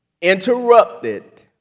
interrupted